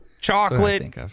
Chocolate